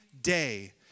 day